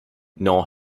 nor